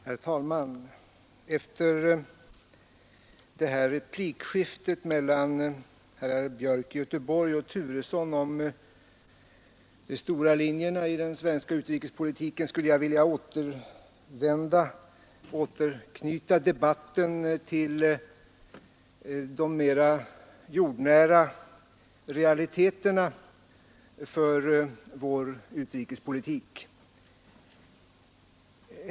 Herr talman! Efter det här replikskiftet mellan herrar Björk i Göteborg och Turesson om de ”stora” linjerna i den svenska utrikespolitiken skulle jag vilja återknyta debatten till de i dubbel bemärkelse mera jordnära realiteterna.